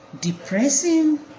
depressing